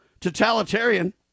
totalitarian